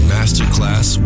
Masterclass